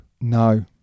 No